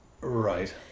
Right